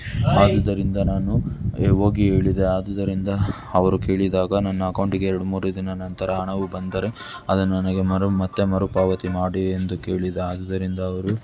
ಆದುದ್ದರಿಂದ ನಾನು ಏ ಹೋಗಿ ಹೇಳಿದೆ ಆದುದರಿಂದ ಅವರು ಕೇಳಿದಾಗ ನನ್ನ ಅಕೌಂಟಿಗೆ ಎರಡು ಮೂರು ದಿನ ನಂತರ ಹಣವು ಬಂದರೆ ಅದು ನನಗೆ ಮರು ಮತ್ತು ಮರುಪಾವತಿ ಮಾಡಿ ಎಂದು ಕೇಳಿದೆ ಆದುದರಿಂದ ಅವರು